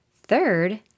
Third